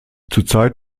zurzeit